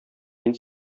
мин